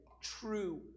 True